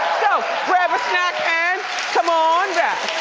so grab a snack and come on